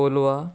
Colva